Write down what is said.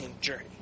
journey